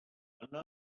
yna